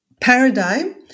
paradigm